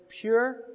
Pure